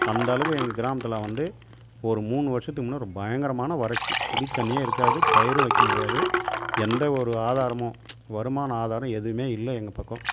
அந்த அளவுக்கு எங்கள் கிராமத்தில் வந்து ஒரு மூணு வருஷத்துக்கு முன்னே பயங்கரமான வறட்சி குடித்தண்ணியே இருக்காது பயிரும் வைக்க முடியாது எந்த ஒரு ஆதாரமும் வருமானமும் ஆதாரம் எதுவுமே இல்லை எங்கள் பக்கம்